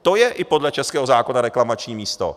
To je i podle českého zákona reklamační místo.